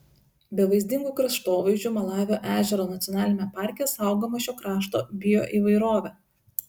be vaizdingų kraštovaizdžių malavio ežero nacionaliniame parke saugoma šio krašto bioįvairovė